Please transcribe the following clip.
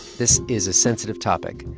this is a sensitive topic.